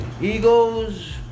Eagles